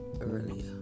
earlier